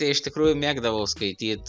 iš tikrųjų mėgdavau skaityt